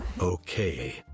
Okay